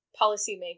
policymakers